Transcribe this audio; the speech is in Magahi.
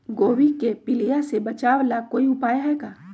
गोभी के पीलिया से बचाव ला कोई उपाय है का?